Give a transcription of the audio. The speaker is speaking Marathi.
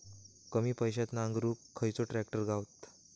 कमी पैशात नांगरुक खयचो ट्रॅक्टर गावात?